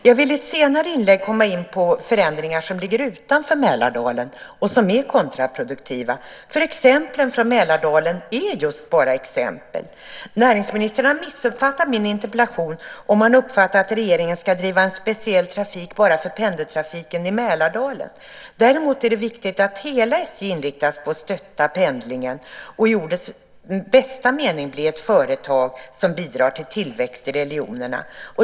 Jag vill i ett senare inlägg komma in på förändringar som ligger utanför Mälardalen och som är kontraproduktiva, för exemplen från Mälardalen är just bara exempel. Näringsministern har missuppfattat min interpellation om han har uppfattat att regeringen ska driva en speciell trafik bara för pendeltrafiken i Mälardalen. Däremot är det viktigt att hela SJ är inriktat på att stötta pendlingen och i ordets bästa mening bli ett företag som bidrar till tillväxt i regionerna.